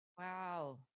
Wow